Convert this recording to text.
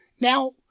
Now